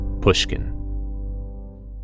Pushkin